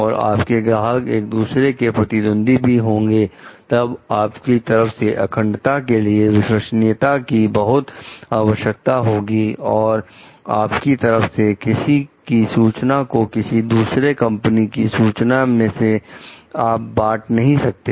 और आपके ग्राहक एक दूसरे के प्रतिद्वंदी भी होंगे तब आपकी तरफ से अखंडता के लिए विश्वसनीयता की बहुत आवश्यकता होगी और आपकी तरफ से किसी की सूचना को किसी दूसरी कंपनी की सूचना से आप बांट नहीं सकते